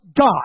God